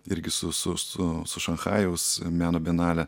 irgi su su su su šanchajaus meno bienale